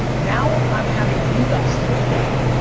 now i'm having you guys do it for me.